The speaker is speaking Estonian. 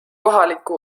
kohaliku